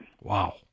Wow